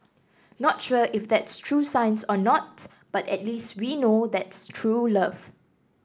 not sure if that's true science or not but at least we know that's true love